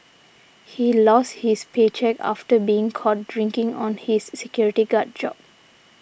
he lost his paycheck after being caught drinking on his security guard job